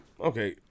okay